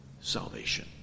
salvation